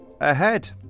ahead